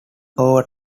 over